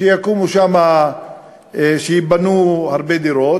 שייבנו הרבה דירות,